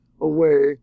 away